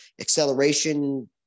acceleration